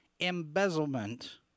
embezzlement